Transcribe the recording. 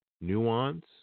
nuance